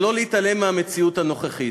שלא להתעלם מהמציאות הנוכחית.